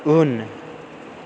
उन